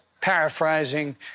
paraphrasing